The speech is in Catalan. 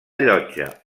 allotja